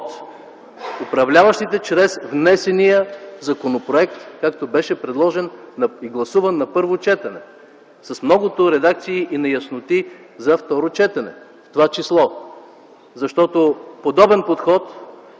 от управляващите чрез внесения законопроект, както беше предложен на гласуване на първо четене – с многото редакции и неясноти за второ четене, в това число. Защото подобен подход